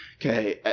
Okay